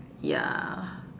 ya